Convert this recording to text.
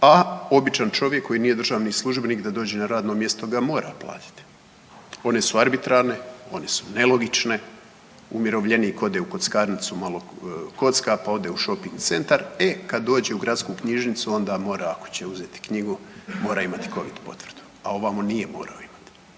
a običan čovjek koji nije državni službenik da dođe na radno mjesto ga mora platiti. One su arbitrarne, one su nelogične. Umirovljenik ode u kockarnicu malo kocka, pa ode u shopping centar, e kad dođe u gradsku knjižnicu onda mora ako će uzeti knjigu mora imati Covid potvrdu, a ovamo nije morao imati.